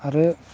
आरो